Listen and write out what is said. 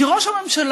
כי ראש הממשלה,